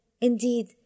Indeed